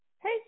Hey